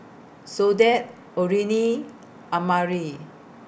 Soledad Orene Amari